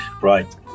Right